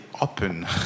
open